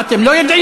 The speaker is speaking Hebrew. מה, אתם לא יודעים?